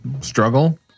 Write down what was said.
Struggle